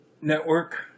network